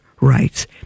rights